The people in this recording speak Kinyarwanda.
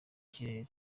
kirere